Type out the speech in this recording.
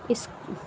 इस